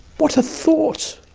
what a thought!